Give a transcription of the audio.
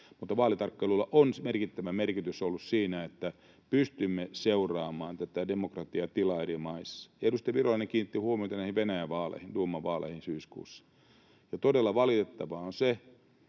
Vaalitarkkailulla on merkittävä merkitys ollut siinä, että pystymme seuraamaan demokratian tilaa eri maissa. Edustaja Virolainen kiinnitti huomiota Venäjän duuman vaaleihin syyskuussa. Todella valitettavaa on,